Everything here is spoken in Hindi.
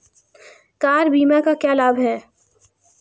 कार बीमा का क्या लाभ है?